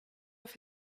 off